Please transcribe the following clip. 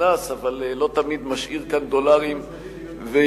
שנכנס אבל לא תמיד משאיר כאן דולרים ויוצא.